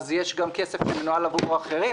אז יש גם כסף שמנוהל עבור אחרים.